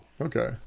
Okay